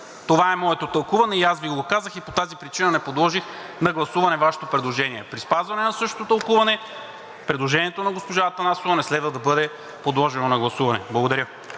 Това е моето тълкуване и аз Ви го казах и по тази причина не подложих на гласуване Вашето предложение.“ При спазване на същото тълкуване предложението на госпожа Атанасова не следва да бъде подложено на гласуване. Благодаря.